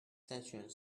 stationed